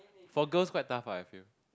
for girls quite tough lah I feel